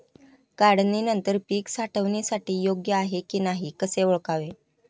काढणी नंतर पीक साठवणीसाठी योग्य आहे की नाही कसे ओळखावे?